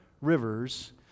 rivers